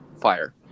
fire